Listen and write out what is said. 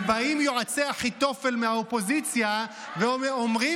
ובאים בעלי עצות אחיתופל מהאופוזיציה ואומרים